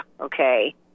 okay